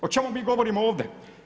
O čemu mi govorimo ovdje?